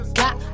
got